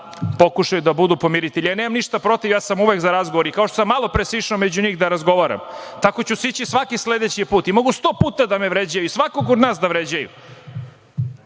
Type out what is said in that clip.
pokušaju da budu pomiritelji. Nemam ništa protiv, ja sam uvek za razgovor. I kao što sam malopre sišao među njih da razgovaram, tako ću sići svaki sledeći put i mogu sto puta da me vređaju i svakog od nas da vređaju.